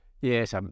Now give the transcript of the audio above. yes